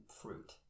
fruit